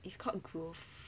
is called growth